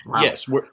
Yes